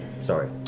sorry